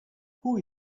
who